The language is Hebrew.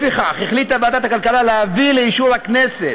לפיכך, ועדת הכלכלה החליטה להביא לאישור הכנסת